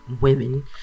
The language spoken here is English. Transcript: women